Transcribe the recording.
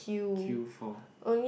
queue for